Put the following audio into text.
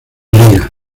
riga